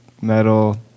metal